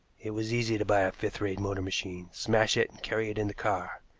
it was easy to buy a fifth rate motor machine, smash it, and carry it in the car.